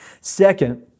second